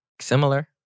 similar